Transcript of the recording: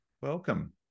Welcome